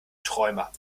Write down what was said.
träumer